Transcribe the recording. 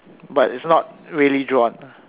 but its not really drawn